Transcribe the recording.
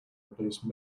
replace